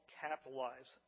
capitalize